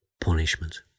punishment